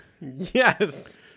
Yes